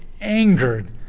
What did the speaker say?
angered